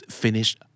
finished